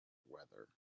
wear